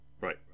right